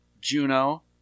Juno